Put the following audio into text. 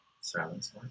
silence